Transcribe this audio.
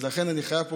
אז לכן אני חייב פה,